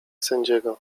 sędziego